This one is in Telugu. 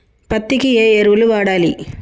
పత్తి కి ఏ ఎరువులు వాడాలి?